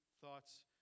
thoughts